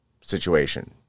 situation